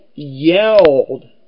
yelled